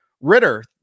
Ritter